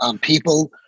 People